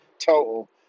total